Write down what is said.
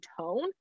tone